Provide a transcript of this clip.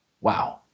Wow